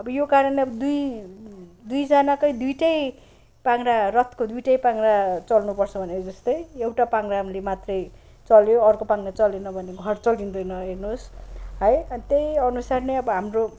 अब यो कारणले दुईजनाकै दुईवटा नै पाङरा रथको दुईवटा नै पाङराहरू चल्नुपर्छ भनेको जस्तै एउटा पाङराले मात्रै चल्यो अर्को पाङरा चलेन भने घर चल्दैन हेर्नुहोस् है त्यही अनुसार नै अब हाम्रो